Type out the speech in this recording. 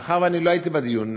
מאחר שאני לא הייתי בדיון,